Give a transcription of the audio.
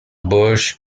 bush